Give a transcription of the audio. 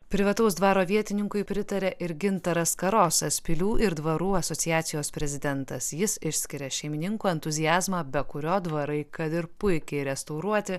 privataus dvaro vietininkui pritaria ir gintaras karosas pilių ir dvarų asociacijos prezidentas jis išskiria šeimininkų entuziazmą be kurio dvarai kad ir puikiai restauruoti